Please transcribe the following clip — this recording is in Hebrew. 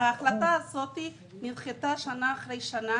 ההחלטה הזאת נדחתה שנה אחרי שנה